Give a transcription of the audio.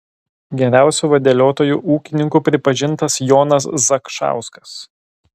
geriausiu vadeliotoju ūkininku pripažintas jonas zakšauskas